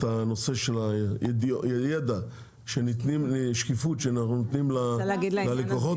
הידע והשקיפות שאנחנו נותנים ללקוחות.